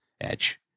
edge